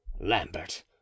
lambert